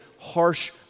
harsh